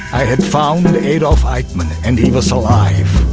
i had found and adolph eichmann and he was alive.